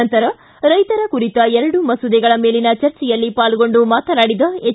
ನಂತರ ರೈತರ ಕುರಿತ ಎರಡು ಮಸೂದೆಗಳ ಮೇಲಿನ ಚರ್ಚೆಯಲ್ಲಿ ಪಾಲ್ಗೊಂಡು ಮಾತನಾಡಿದ ಎಚ್